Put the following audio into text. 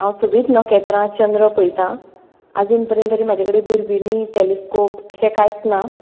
हांव सगळींच नखेत्रां चंद्र पयता आजून परेन तरी म्हाजेकडेन दुर्बीणी टेलिस्कोप अशें कांयच ना